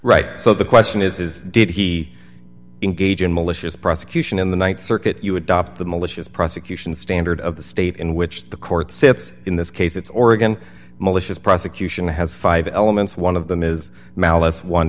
right so the question is is did he engage in malicious prosecution in the th circuit you adopt the malicious prosecution standard of the state in which the court sets the this case it's oregon malicious prosecution has five elements one of them is malice one